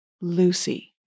Lucy